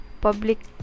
public